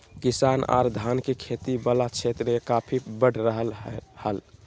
किसान आर धान के खेती वला क्षेत्र मे काफी बढ़ रहल हल